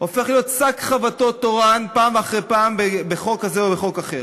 הופכת להיות שק חבטות תורן פעם אחר פעם בחוק כזה או בחוק אחר,